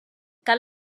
cal